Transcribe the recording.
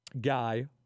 guy